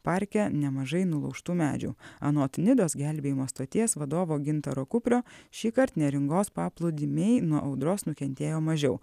parke nemažai nulaužtų medžių anot nidos gelbėjimo stoties vadovo gintaro kuprio šįkart neringos paplūdimiai nuo audros nukentėjo mažiau